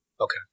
Okay